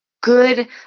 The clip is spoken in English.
good